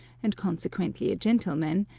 and consequently a gentleman,